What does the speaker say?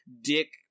dick